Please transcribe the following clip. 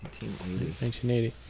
1980